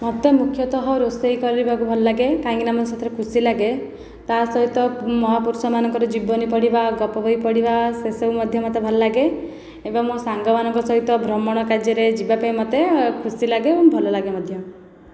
ମୋତେ ମୁଖ୍ୟତଃ ରୋଷେଇ କରିବାକୁ ଭଲ ଲାଗେ କାହିଁକି ନା ମୋତେ ସେଥିରେ ଖୁସି ଲାଗେ ତାହା ସହିତ ମହାପୁରୁଷ ମାନଙ୍କର ଯିବନି ପଢ଼ିବା ଗପ ବହି ପଢ଼ିବା ସେ ସବୁ ମଧ୍ୟ ମୋତେ ଭଲ ଲାଗେ ଏବଂ ମୋ ସାଙ୍ଗମାନଙ୍କ ସହିତ ଭ୍ରମଣ କାର୍ଯ୍ୟରେ ଯିବା ପାଇଁ ମୋତେ ଖୁସି ଲାଗେ ଏବଂ ଭଲ ଲାଗେ ମଧ୍ୟ